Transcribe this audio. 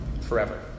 Forever